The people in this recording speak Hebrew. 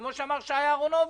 כמו שאמר שי אהרונוביץ':